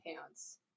pants